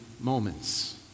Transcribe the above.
moments